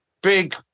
Big